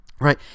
right